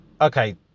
Okay